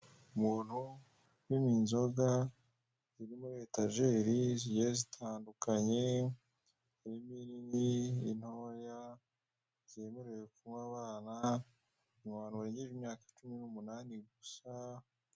Umuntu upima inzoga ziri muri etajeri zigiye zitandukanye, zirimo inini, intoya zemerewe kuba waba abantu barengeje imyaka cumi n'umunani gusa.